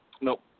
Nope